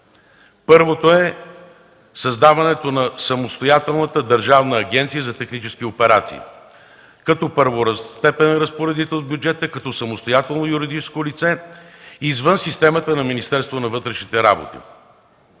Първото е създаването на самостоятелната Държавна агенция за технически операции, като първостепенен разпоредител с бюджета, като самостоятелно юридическо лице извън системата на Министерството на вътрешните работи.